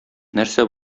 нәрсә